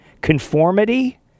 Conformity